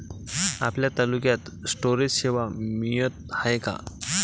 आपल्या तालुक्यात स्टोरेज सेवा मिळत हाये का?